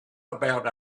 about